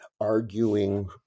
arguing